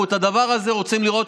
ואנחנו את הדבר הזה רוצים לראות,